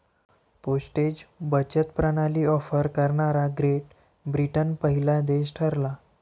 postage बचत प्रणाली offer करणारा ग्रेट ब्रिटन पहिला देश ठरला